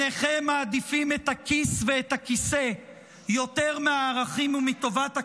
שניכם מעדיפים את הכיס ואת הכיסא יותר מערכים ומטובת הכלל,